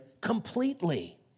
completely